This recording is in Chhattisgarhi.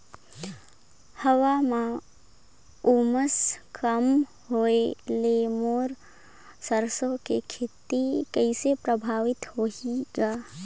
हवा म उमस कम होए ले मोर सरसो के खेती कइसे प्रभावित होही ग?